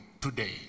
today